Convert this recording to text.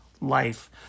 life